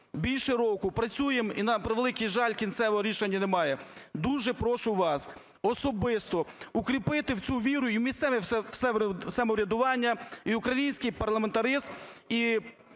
Більше року працюємо і, на превеликий жаль, кінцевого рішення немає. Дуже прошу вас особисто укріпити в цю віру і місцеве самоврядування, і український парламентаризм,